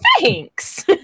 thanks